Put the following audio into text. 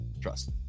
trust